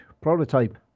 Prototype